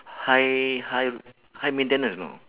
high high high maintenance you know